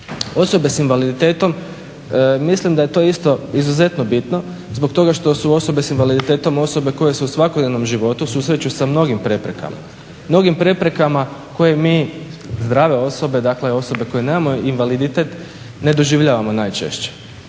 Osobe s invaliditetom, mislim da je to isto izuzetno bitno zbog toga što su osobe s invaliditetom osobe koje se u svakodnevnom životu susreću sa mnogim preprekama, mnogim preprekama koje mi zdrave osobe, dakle osobe koje nemamo invaliditet ne doživljavamo najčešće.